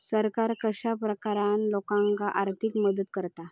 सरकार कश्या प्रकारान लोकांक आर्थिक मदत करता?